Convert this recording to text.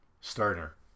Starter